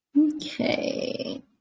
Okay